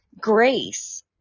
grace